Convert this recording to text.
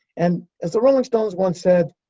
and as the rolling stones once said,